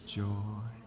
joy